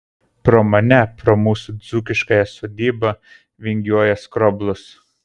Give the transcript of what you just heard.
pro mane pro mūsų dzūkiškąją sodybą vingiuoja skroblus